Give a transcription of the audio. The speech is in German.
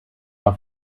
auf